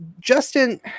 Justin